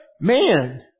man